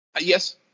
Yes